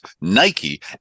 Nike